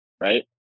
right